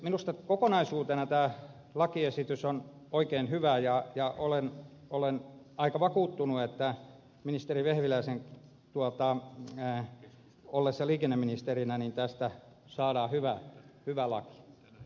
minusta kokonaisuutena tämä lakiesitys on oikein hyvä ja olen aika vakuuttunut että ministeri vehviläisen ollessa liikenneministerinä tästä saadaan hyvä laki